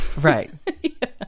Right